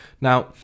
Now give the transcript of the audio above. Now